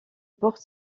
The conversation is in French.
porte